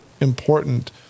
important